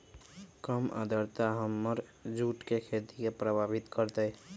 कम आद्रता हमर जुट के खेती के प्रभावित कारतै?